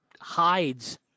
hides